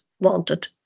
wanted